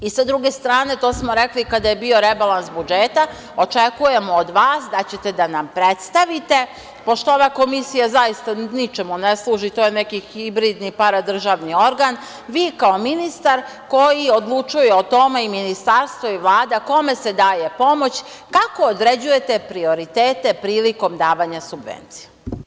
S druge strane, to smo rekli kada je bio rebalans budžeta, očekujemo od vas da ćete da nam predstavite, pošto ova komisija zaista ničemu ne služi, to je neki hibridni paradržavni organ, vi kao ministar koji odlučuje o tome i ministarstvo i Vlada kome se daje pomoć, kako određujete prioritete prilikom davanja subvencija?